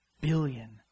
billion